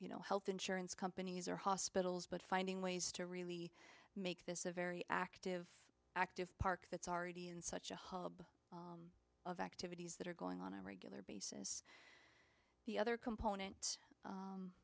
you know health insurance companies or hospitals but finding ways to really make this a very active active park that's already in such a hub of activities that are going on a regular basis the other component